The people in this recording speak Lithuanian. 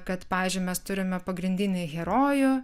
kad pavyzdžiui mes turime pagrindinį herojų